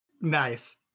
nice